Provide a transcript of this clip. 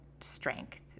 strength